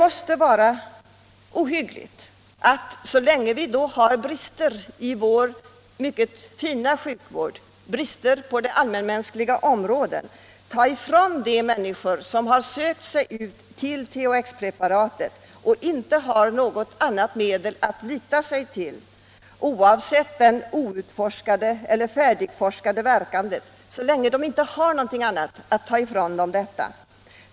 Det är olyckligt att så länge vi har brister i vår mycket fina sjukvård — brister på det allmänmänskliga området — de människor, som sökt sig till THX-preparatet och som inte har något annat medel att förlita sig på, berövas detta medel, trots att vi inte har någonting annat och oavsett om dess verkan inte är färdigutforskad.